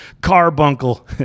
carbuncle